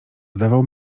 zdawał